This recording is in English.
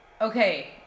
Okay